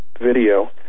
video